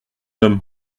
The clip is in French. homme